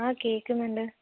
ആ കേൾക്കുന്നുണ്ട്